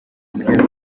iyo